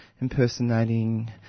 impersonating